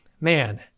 man